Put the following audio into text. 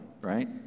right